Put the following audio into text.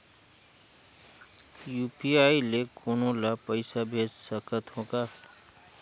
UPI ले कोनो ला पइसा भेज सकत हों का?